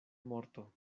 morto